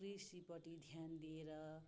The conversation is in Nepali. कृषिपट्टि ध्यान दिएर